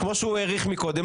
קודם כל שפינדרוס ידבר.